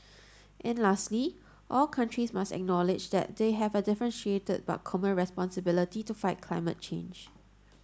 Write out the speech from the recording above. and lastly all countries must acknowledge that they have a differentiated but common responsibility to fight climate change